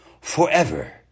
forever